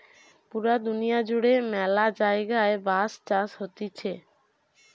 পুরা দুনিয়া জুড়ে ম্যালা জায়গায় বাঁশ চাষ হতিছে